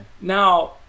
Now